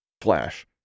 Flash